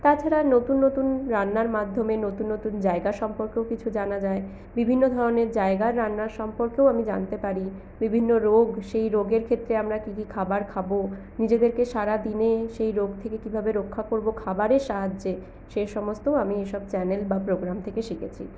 তাছাড়া নতুন নতুন রান্নার মাধ্যমে নতুন নতুন জায়গা সম্পর্কেও কিছু জানা যায় বিভিন্ন ধরনের জায়গার রান্নার সম্পর্কেও আমি জানতে পারি বিভিন্ন রোগ সেই রোগের ক্ষেত্রে আমরা কী কী খাবার খাবো নিজেদেরকে সারাদিনে সেই রোগ থেকে কীভাবে রক্ষা করব খাবারের সাহায্যে সেই সমস্ত আমি ওসব চ্যানেল বা প্রোগ্রাম থেকে শিখেছি